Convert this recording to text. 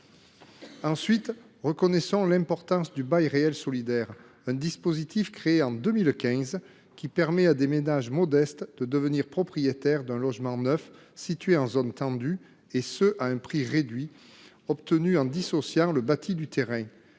ensuite, l’importance du bail réel solidaire, un dispositif créé en 2015 qui permet à des ménages modestes de devenir propriétaires d’un logement neuf situé en zone tendue, et ce à un prix réduit, obtenu en dissociant le bâti du terrain.